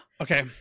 Okay